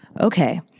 Okay